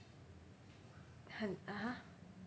很 (uh huh)